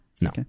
no